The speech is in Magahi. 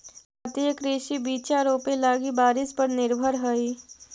भारतीय कृषि बिचा रोपे लगी बारिश पर निर्भर हई